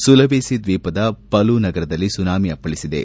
Sulawesi ದ್ವೀಪದ Palu ನಗರದಲ್ಲಿ tsunami ಅಪ್ಪಳಿಸಿದೆ